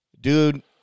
dude